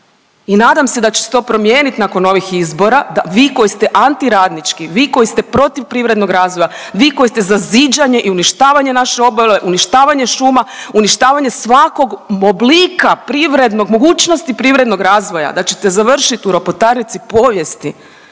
i nadam se da će se to promijenit nakon ovih izbora da vi koji ste antiradnički, vi koji ste protiv privrednog razvoja, vi koji ste za ziđanje i uništavanje naše obale, uništavanje šuma, uništavanje svakog oblika privrednog, mogućnosti privrednog razvoja, da ćete završit u ropotarnici povijesti.